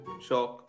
Shock